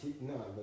No